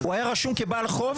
הוא היה רשום כבעל חוב?